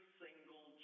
single